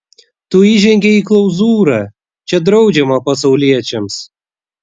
tu įžengei į klauzūrą čia draudžiama pasauliečiams